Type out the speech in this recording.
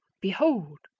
behold!